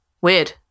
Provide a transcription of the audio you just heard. Weird